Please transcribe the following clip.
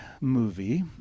movie